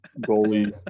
goalie